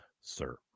Sir